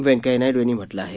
वेंकैया नायडू यांनी म्हटलं आहे